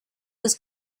was